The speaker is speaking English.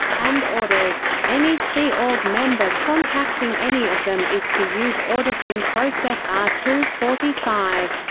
and ordered any sea org member contacting any of them is to use auditing process r two forty five.